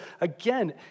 again